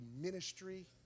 ministry